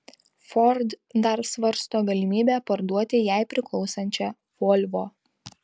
ford dar svarsto galimybę parduoti jai priklausančią volvo